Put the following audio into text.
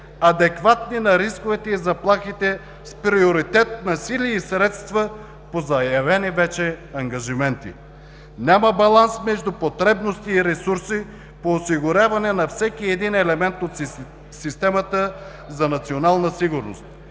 адекватни на рисковете и заплахите с приоритет на сили и средства по заявени вече ангажименти. Няма баланс между потребности и ресурси по осигуряване на всеки един елемент от системата за национална сигурност.